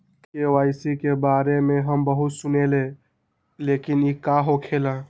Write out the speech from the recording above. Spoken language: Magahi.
के.वाई.सी के बारे में हम बहुत सुनीले लेकिन इ का होखेला?